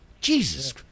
Jesus